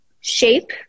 Shape